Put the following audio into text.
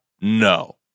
No